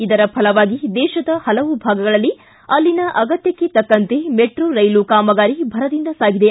ಇದರ ಫಲವಾಗಿ ದೇಶದ ಹಲವು ಭಾಗಗಳಲ್ಲಿ ಅಲ್ಲಿನ ಅಗತ್ತಕ್ಷೆ ತಕ್ಕಂತೆ ಮೆಟ್ರೋ ರೈಲು ಕಾಮಗಾರಿ ಭರದಿಂದ ಸಾಗಿದೆ